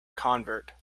convert